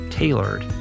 Tailored